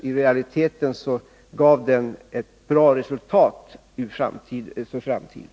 I realiteten gav den ett bra resultat för framtiden.